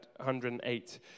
108